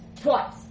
twice